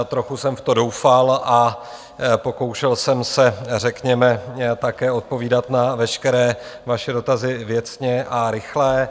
Trochu jsem v to doufal a pokoušel jsem se, řekněme, také odpovídat na veškeré vaše dotazy věcně a rychle.